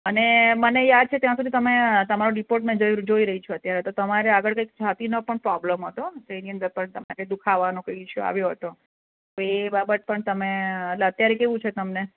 અને મને યાદ છે ત્યાં સુધી તમે તમારો રિપોર્ટ મેં જોઈ રહી છું અત્યારે તો આ તમારે આગળ કંઈક છાતીનો પણ પ્રોબ્લેમ હતો તો એની અંદર પણ દુઃખાવાનો કંઈ ઈશ્યુ આવ્યો હતો તો એ બાબત પણ તમે એટલે અત્યારે કેવું છે તમને